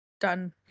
done